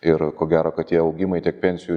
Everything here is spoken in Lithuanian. ir ko gero kad tie augimai tiek pensijų